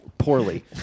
Poorly